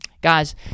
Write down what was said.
guys